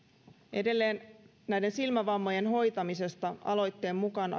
edelleen näiden silmävammojen hoitamisesta aiheutuu aloitteen mukaan